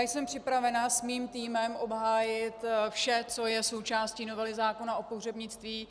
Jsem připravena se svým týmem obhájit vše, co je součástí novely zákona o pohřebnictví.